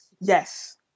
Yes